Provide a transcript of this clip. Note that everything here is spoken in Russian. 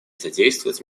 содействовать